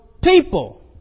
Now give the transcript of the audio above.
people